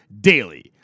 DAILY